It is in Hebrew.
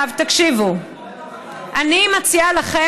שר האוצר שלך התקפל כמו אני לא יודעת מה,